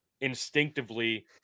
instinctively